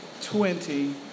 twenty